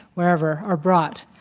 wherever are brought